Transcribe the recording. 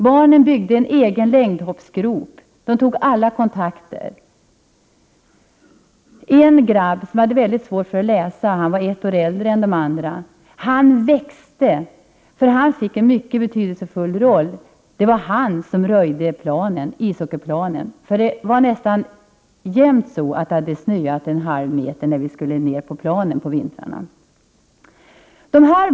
Barnen byggde en egen längdhoppsgrop och tog själva alla nödvändiga kontakter. En grabb, som hade svårt för att läsa och var ett år äldre än de andra, växte, för han fick en mycket betydelsefull roll: det var han som röjde ishockeypla nen, för det var nästan jämt så att det hade snöat en halv meter när vi skulle vara där.